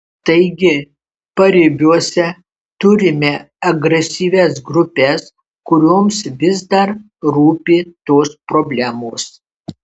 taigi paribiuose turime agresyvias grupes kurioms vis dar rūpi tos problemos